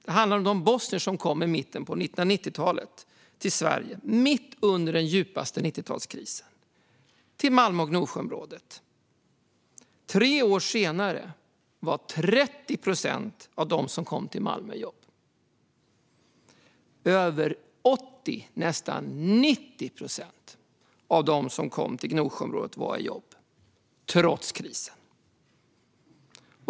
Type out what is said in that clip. Det handlar om de bosnier som kom till Malmö och Gnosjöområdet mitt under den djupaste 90-talskrisen. Tre år senare var 30 procent av dem som kom till Malmö i jobb medan över 80, nästan 90 procent, av dem som kom till Gnosjöområdet var i jobb, trots krisen.